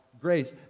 grace